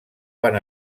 van